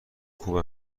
خوب